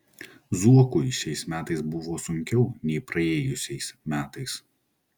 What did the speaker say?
zuokui šiais metais buvo sunkiau nei praėjusiais metais